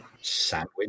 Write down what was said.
Sandwich